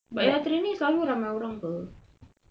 but you all training selalu ramai orang ke